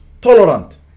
tolerant